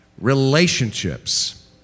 relationships